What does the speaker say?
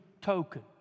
token